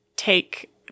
take